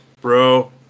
bro